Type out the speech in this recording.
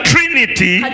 Trinity